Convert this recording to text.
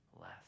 less